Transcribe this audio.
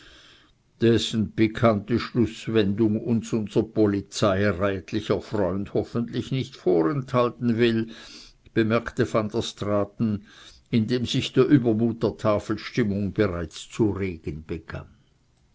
dessen pikante schlußwendung uns unser polizeirätlicher freund hoffentlich nicht vorenthalten will bemerkte van der straaten in dem sich der übermut der tafelstimmung bereits zu regen begann